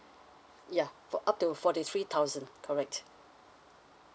ya for up to forty three thousand correct